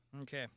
Okay